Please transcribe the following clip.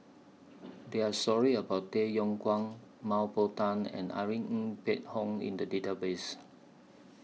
There Are stories about Tay Yong Kwang Mah Bow Tan and Irene Ng Phek Hoong in The Database